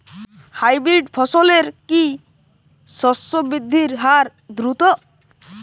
Hybrid ফসলের কি শস্য বৃদ্ধির হার দ্রুত?